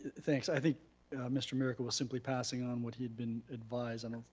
thanks, i think mr. miracle was simply passing on what he'd been advised. and and